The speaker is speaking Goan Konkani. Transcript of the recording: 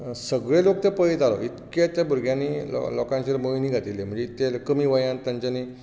सगळे लोक ते पळयतालो इतके ते भुरग्यांनी लोकांचेर मोहीनी घातिल्ली म्हळ्यार इतके कमी वयांत तांच्यानी